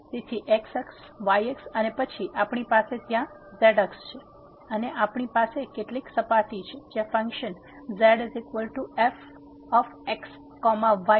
તેથી x અક્ષ y અક્ષ અને પછી આપણી પાસે ત્યાં z અક્ષ છે અને આપણી પાસે કેટલીક સપાટી છે જ્યાં function z f x y